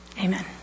Amen